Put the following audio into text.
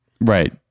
right